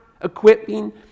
equipping